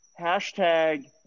Hashtag